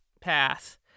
path